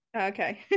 okay